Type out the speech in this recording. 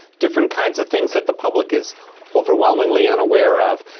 different kinds of things that the public is overwhelmingly unaware of,